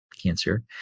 Cancer